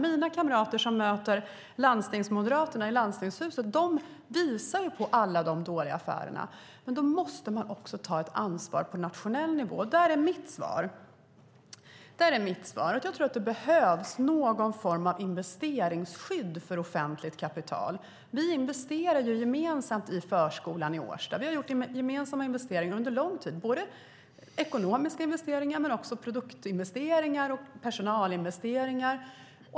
Mina kamrater som möter landstingsmoderaterna i landstingshuset visar på alla de dåliga affärerna. Men man måste också ta ett ansvar på nationell nivå. Mitt svar är att det behövs någon form av investeringsskydd för offentligt kapital. Vi investerar gemensamt i förskolan i Årsta. Vi har gjort gemensamma investeringar under lång tid. Det är både ekonomiska investeringar men också produktinvesteringar och personalinvesteringar.